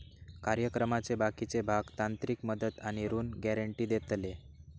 कार्यक्रमाचे बाकीचे भाग तांत्रिक मदत आणि ऋण गॅरेंटी देतले